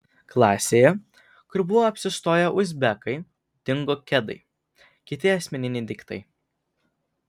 klasėje kur buvo apsistoję uzbekai dingo kedai kiti asmeniniai daiktai